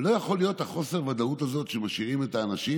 לא יכול להיות שמשאירים את האנשים